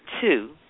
two